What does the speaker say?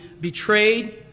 betrayed